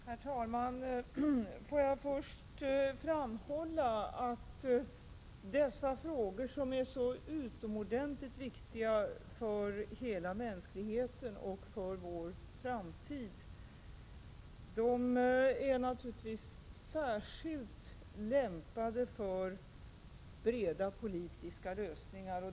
Herr talman! Får jag först framhålla att dessa frågor, som är så utomordentligt viktiga för hela mänskligheten och för vår framtid, naturligtvis är särskilt lämpade för breda politiska lösningar.